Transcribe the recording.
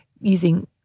using